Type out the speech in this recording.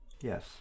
Yes